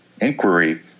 inquiry